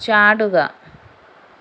ചാടുക